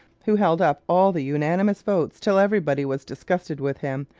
who held up all the unanimous votes till everybody was disgusted with him,